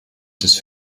des